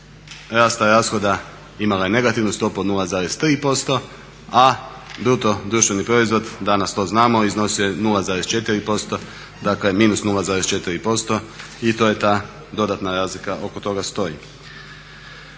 rasta rashoda imala je negativnu stopu od 0,3% a BDP, danas to znamo iznosio je 0,4%, dakle -0,4% i to je ta dodatna razlika, oko toga stoji.